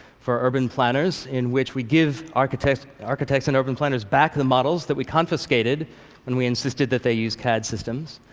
for urban planners, in which we give architects architects and urban planners back the models that we confiscated when we insisted that they use cad systems.